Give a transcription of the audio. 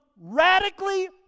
radically